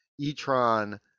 e-tron